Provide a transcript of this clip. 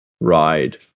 ride